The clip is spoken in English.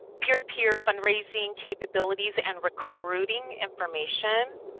peer to peer fundraising capabilities and recruiting information,